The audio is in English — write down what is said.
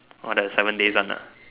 !wah! that seven days one ah